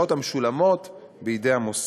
המשולמות בידי המוסד.